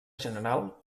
general